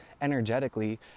energetically